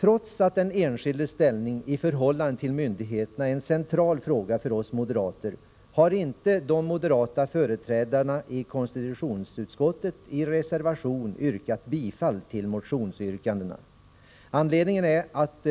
Trots att den enskildes ställning i förhållande till myndigheterna är en central fråga för oss moderater, har inte de moderata företrädarna i konstitutionsutskottet i reservation yrkat bifall till motionsyrkandena. Anledningen är att